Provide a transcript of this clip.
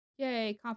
Yay